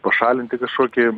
pašalinti kažkokį